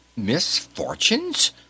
Misfortunes